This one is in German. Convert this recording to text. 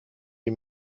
die